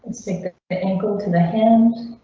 so like the the angle to the hands.